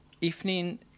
evening